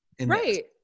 Right